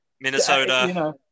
Minnesota